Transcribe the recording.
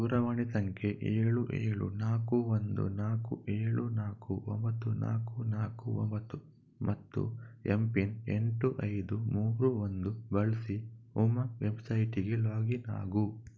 ದೂರವಾಣಿ ಸಂಖ್ಯೆ ಏಳು ಏಳು ನಾಲ್ಕು ಒಂದು ನಾಲ್ಕು ಏಳು ನಾಲ್ಕು ಒಂಬತ್ತು ನಾಲ್ಕು ನಾಲ್ಕು ಒಂಬತ್ತು ಮತ್ತು ಎಂ ಪಿನ್ ಎಂಟು ಐದು ಮೂರು ಒಂದು ಬಳಸಿ ಉಮಂಗ್ ವೆಬ್ಸೈಟಿಗೆ ಲಾಗಿನ್ ಆಗು